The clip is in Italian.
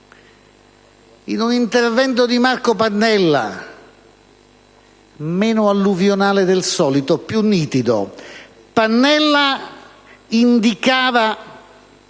in un intervento di Marco Pannella, meno alluvionale del solito e più nitido. Pannella indicava